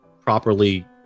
properly